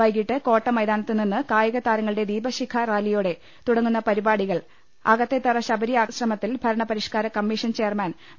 വൈകീട്ട് കോട്ടമൈതാനിത്തു നിന്ന് കായിക താരങ്ങളുടെ ദീപശിഖ റാലി യോടെ തുടങ്ങൂന്ന പരിപാടികൾ അകത്തേത്തറ ശബരി ആശ്രമത്തിൽ ഭർണപരിഷ്കരണ കമ്മീഷൻ ചെയർമാൻ വി